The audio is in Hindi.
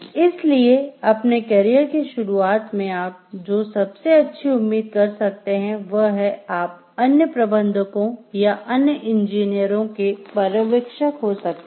इसलिए अपने कैरियर की शुरुआत में आप जो सबसे अच्छी उम्मीद कर सकते हैं वह है कि आप अन्य प्रबंधकों या अन्य इंजीनियरों के पर्यवेक्षक हो सकते हैं